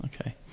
Okay